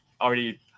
already